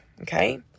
okay